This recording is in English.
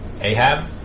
Ahab